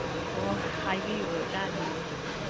ꯑꯣ ꯍꯥꯏꯕꯤꯌꯨ ꯇꯥꯖꯩꯌꯦ